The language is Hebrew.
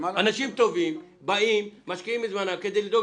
אנשים טובים באים ומשקיעים מזמנם כדי לדאוג